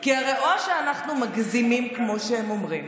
כי הרי או שאנחנו מגזימים כמו שהם אומרים